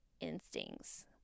instincts